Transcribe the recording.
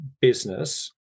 business